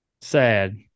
Sad